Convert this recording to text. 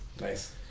nice